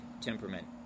temperament